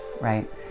right